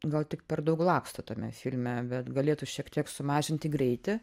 gal tik per daug laksto tame filme bet galėtų šiek tiek sumažinti greitį